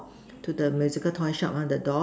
to the musical toy shop ah the door